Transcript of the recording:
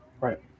right